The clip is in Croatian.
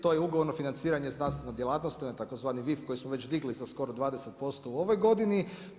To je ugovorno financiranje iz znanstvene djelatnosti, tzv. VIF koji smo već digli sa skoro 20% u ovoj godini.